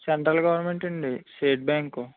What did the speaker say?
central government అండి state bank